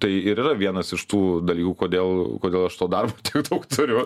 tai ir yra vienas iš tų dalykų kodėl kodėl aš to darbo tiek daug turiu